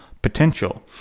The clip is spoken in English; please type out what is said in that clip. Potential